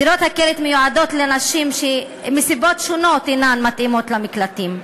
דירות הקלט מיועדות לנשים שמסיבות שונות אינן מתאימות למקלטים.